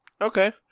Okay